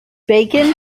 bacon